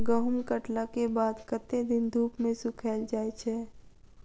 गहूम कटला केँ बाद कत्ते दिन धूप मे सूखैल जाय छै?